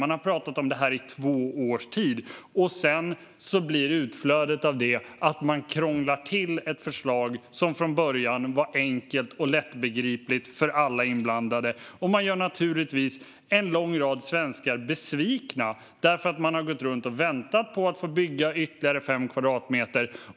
Man har pratat om det här i två års tid, och utflödet av det som från början var enkelt och lättbegripligt för alla inblandade blir ett tillkrånglat förslag. Man gör också en lång rad svenskar besvikna. De har väntat på att få bygga ytterligare fem kvadratmeter.